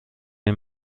این